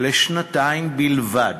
לשנתיים בלבד,